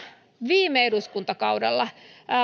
viime eduskuntakaudella